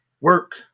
work